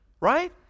Right